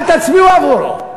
אל תצביעו עבורו,